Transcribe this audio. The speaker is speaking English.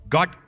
God